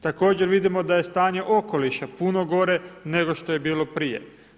Također vidimo da je stanje okoliša puno gore nego što je bilo prije.